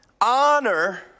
honor